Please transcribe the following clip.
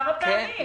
כמה פעמים?